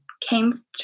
came